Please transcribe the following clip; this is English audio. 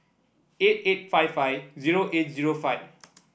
eight eight five five zero eight zero five